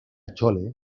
chole